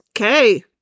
Okay